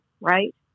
right